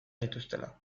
dituztela